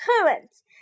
currents